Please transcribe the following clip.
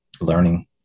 learning